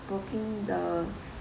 booking the